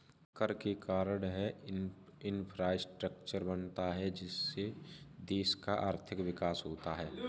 कर के कारण है इंफ्रास्ट्रक्चर बनता है जिससे देश का आर्थिक विकास होता है